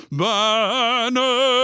banner